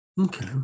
Okay